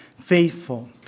Faithful